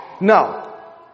now